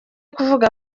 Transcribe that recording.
kuvuga